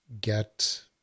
get